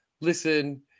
listen